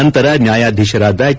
ನಂತರ ನ್ಯಾಯಾಧೀಶರಾದ ಕೆ